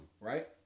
right